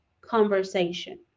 conversation